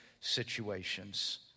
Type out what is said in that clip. situations